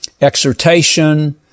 exhortation